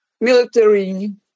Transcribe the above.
military